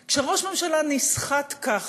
אותם, כשראש ממשלה נסחט ככה,